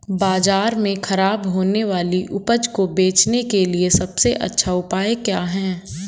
बाज़ार में खराब होने वाली उपज को बेचने के लिए सबसे अच्छा उपाय क्या हैं?